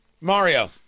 Mario